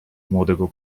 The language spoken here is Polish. młodego